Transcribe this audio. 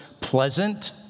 pleasant